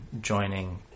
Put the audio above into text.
joining